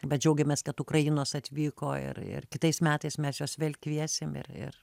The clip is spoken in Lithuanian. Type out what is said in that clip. bet džiaugiamės kad ukrainos atvyko ir ir kitais metais mes juos vėl kviesim ir ir